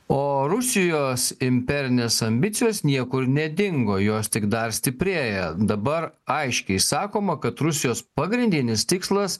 o rusijos imperinės ambicijos niekur nedingo jos tik dar stiprėja dabar aiškiai sakoma kad rusijos pagrindinis tikslas